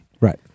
Right